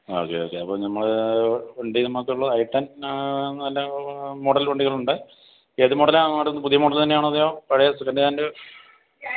ആ okay okay അപ്പോൾ നമ്മൾ വണ്ടി നമുക്കുള്ളത് ഐ ടെൻ നാ നല്ല മോഡൽ വണ്ടികളുണ്ട് ഏതു മോഡലാണ് വേണ്ട പുതിയ മോഡൽ തന്നെയാണോ അതൊ പഴയ സെക്കൻ്റ് ഹാൻഡ്